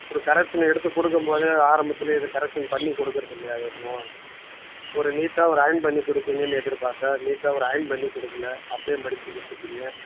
ஒரு கரெக்ஷனு எடுத்து கொடுக்கும்போதே ஆரம்பத்திலே எதுவும் கரெக்ஷன் பண்ணி கொடுக்கறது இல்லையா எதுவும் ஒரு நீட்டாக ஒரு அயர்ன் பண்ணி கொடுப்பீங்கன்னு எதிர்பார்த்தேன் நீட்டாக ஒரு அயன் பண்ணி கொடுக்கல அப்படியே மடித்து கொடுத்துட்டிங்க